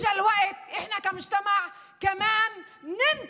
השבועות הבודדים שבהם גם האולמות נפתחו